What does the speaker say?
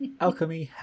Alchemy